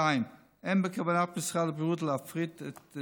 2. אין בכוונת משרד הבריאות להפריט את